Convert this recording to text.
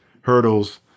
hurdles